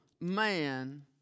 man